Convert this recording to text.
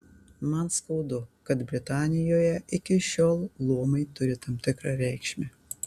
man skaudu kad britanijoje iki šiol luomai turi tam tikrą reikšmę